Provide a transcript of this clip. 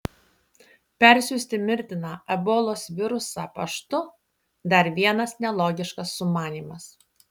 persiųsti mirtiną ebolos virusą paštu dar vienas nelogiškas sumanymas